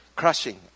crushing